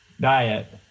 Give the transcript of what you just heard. diet